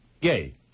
gay